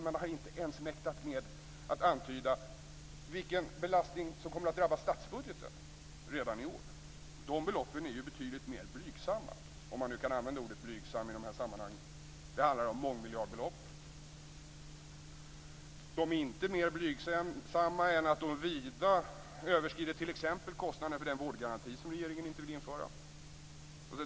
Man har inte ens mäktat med att antyda hur statsbudgeten kommer att belastas redan i år. De beloppen är betydligt mer "blygsamma" - om man kan använda ordet "blygsam" i detta sammanhang. Det handlar om mångmiljardbelopp. De är inte mer blygsamma än att de vida överskrider t.ex. kostnaden för den vårdgaranti som regeringen inte vill införa.